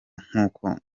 nk’uko